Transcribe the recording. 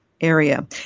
area